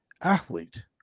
athlete